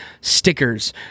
stickers